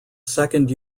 second